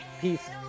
Peace